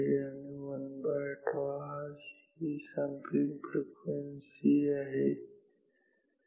आणि 1τ ला sampling frequency म्हणतात